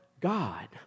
God